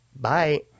Bye